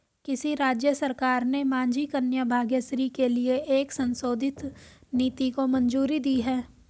किस राज्य सरकार ने माझी कन्या भाग्यश्री के लिए एक संशोधित नीति को मंजूरी दी है?